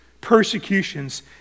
persecutions